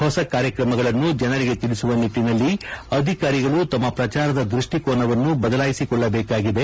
ಹೊಸ ಕಾರ್ಯಕ್ರಮಗಳನ್ನು ಜನರಿಗೆ ತಿಳಿಸುವ ನಿಟ್ಟನಲ್ಲಿ ಅಧಿಕಾರಿಗಳು ತಮ್ಮ ಪ್ರಚಾರದ ದೃಷ್ಟಿಕೋನವನ್ನು ಬದಲಾಯಿಸಿಕೊಳ್ಳಬೇಕಾಗಿದೆ